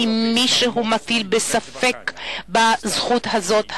ואם מישהו יטיל ספק בזכות הזאת,